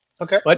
Okay